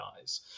eyes